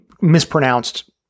mispronounced